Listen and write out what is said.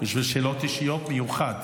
בשביל שאלות אישיות במיוחד.